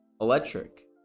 Electric